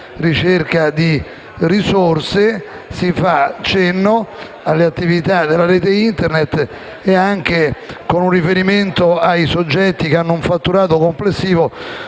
ricerca di risorse si fa cenno alle attività della rete Internet e si fa riferimento anche ai soggetti che hanno un fatturato complessivo